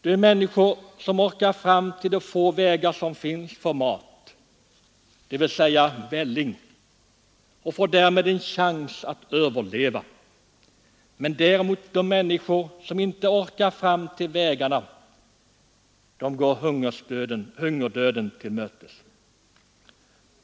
De människor som orkar fram till de få vägar som finns får mat, dvs. välling, och får därmed en chans att överleva, men de människor som inte orkar fram till vägarna går hungerdöden till mötes.